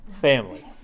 Family